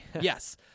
Yes